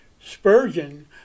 Spurgeon